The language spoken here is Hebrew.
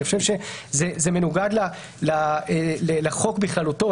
אני חושב שזה מנוגד לחוק בכללותו,